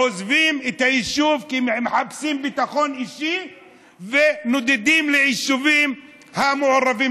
עוזבים את היישוב כי הם מחפשים ביטחון אישי ונודדים ליישובים המעורבים,